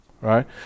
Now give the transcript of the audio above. right